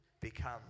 become